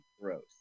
Gross